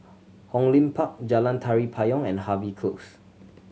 Hong Lim Park Jalan Tari Payong and Harvey Close